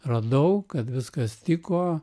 radau kad viskas tiko